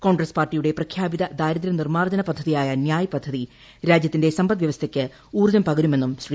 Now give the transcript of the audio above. കോൺഗ്രസ്സ് പാർട്ടിയുടെ പ്രഖ്യാപിത ദാരിദ്ര്യ നിർമ്മാർജ്ജന പദ്ധതിയായ നൃായ് പദ്ധതി രാജ്യത്തിന്റെ സമ്പദ്വൃവസ്ഥയ്ക്ക് ഊർജ്ജം പകരുമെന്നും ശ്രീ